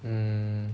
mm